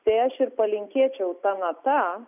tai aš ir palinkėčiau ta nata